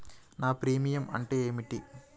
నా ప్రీమియం అంటే ఏమిటి?